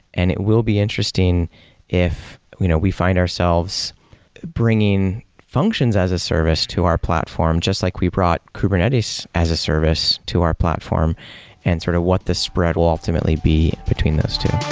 and it will be interesting if you know we find ourselves bringing functions as a service to our platform, just like we brought kubernetes as a service to our platform and sort of what the spread will ultimately be between those two.